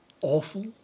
awful